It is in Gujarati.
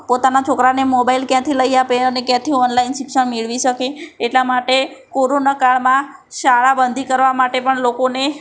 પોતાના છોકરાને મોબાઈલ ક્યાંથી લઈ આપે અને ક્યાંથી ઓનલાઈન શિક્ષણ મેળવી શકે એટલા માટે કોરોના કાળમાં શાળાબંધી કરવા માટે પણ લોકોને